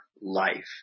life